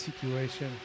situation